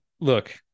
look